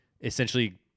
essentially